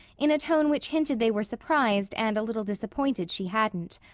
in a tone which hinted they were surprised and a little disappointed she hadn't.